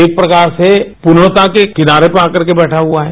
एक प्रकार से पूर्णता के किनारे पर आकर के बैठा हुआ है